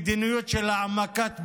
מדיניות של העמקת פערים,